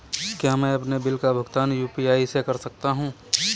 क्या मैं अपने बिल का भुगतान यू.पी.आई से कर सकता हूँ?